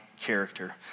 character